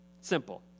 Simple